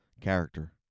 character